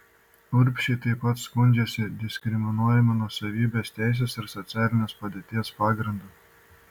urbšiai taip pat skundžiasi diskriminuojami nuosavybės teisės ir socialinės padėties pagrindu